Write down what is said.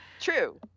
true